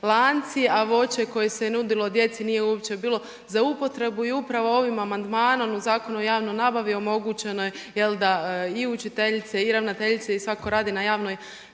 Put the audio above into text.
lanci, a voće koje se nudilo djeci nije uopće bilo za upotrebu i upravo ovim amandmanom u Zakonu o javnoj nabavi, omogućeno je da i učiteljice i ravnateljice i svako radi na javnoj